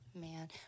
Man